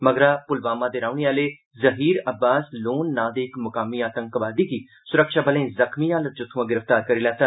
मगरा पुलवामा दे रौहने आहले ज़हीर अब्बास लोन नांऽ दे इक मुकामी आतंकवादी गी सुरक्षाबलें जख्मी हालत च उत्थुआं गिरफ्तार कीता